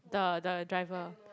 the the driver